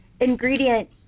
ingredient